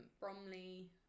bromley